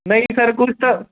ਨਹੀਂ ਸਰ ਕੁਛ ਤਾਂ